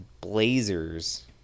blazers